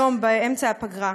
היום באמצע הפגרה.